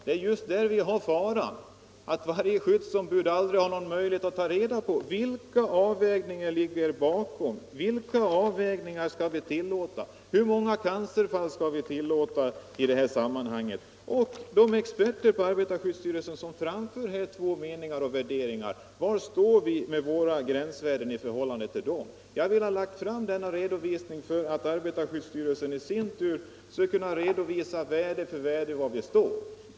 Det är just där faran ligger — att varje skyddsombud aldrig har någon möjlighet att ta reda på vilka avvägningar som ligger bakom, vilka avvikelser vi kan tillåta, hur många cancerfall vi skall tillåta i ett visst sammanhang, var vi står med våra gränsvärden i förhållande till experterna på arbetarskyddsstyrelsen som framför två meningar och värderingar? Jag har velat lägga fram dessa listor för att arbetarskyddsstyrelsen skall kunna redovisa, värde för värde, var vi står.